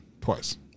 twice